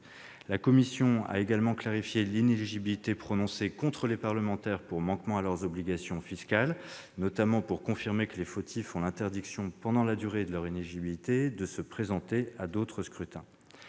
La commission a également clarifié l'inéligibilité prononcée contre les parlementaires pour manquement à leurs obligations fiscales, notamment pour confirmer que les fautifs ont l'interdiction, pendant la durée de leur inéligibilité, de se présenter à d'autres scrutins.